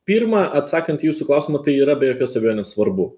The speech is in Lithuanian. pirma atsakant į jūsų klausimą tai yra be jokios abejonės svarbu